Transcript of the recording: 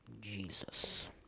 Jesus